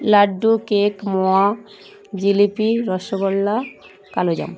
laddu cake মোয়া জিলিপি রসগোল্লা কালোজাম